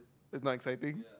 is not exciting